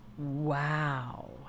wow